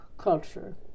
culture